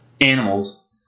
animals